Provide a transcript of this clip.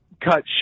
cut